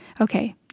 Okay